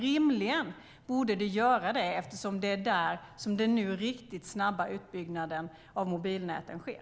Rimligen borde det göra det eftersom det nu är där som den riktigt snabba utbyggnaden av mobilnäten sker.